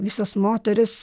visos moterys